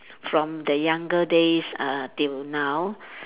from the younger days uh till now